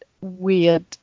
weird